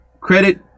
Credit